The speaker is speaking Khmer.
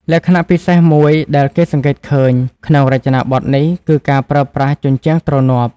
លក្ខណៈពិសេសមួយដែលគេសង្កេតឃើញក្នុងរចនាបថនេះ គឺការប្រើប្រាស់ ជញ្ជាំងទ្រនាប់។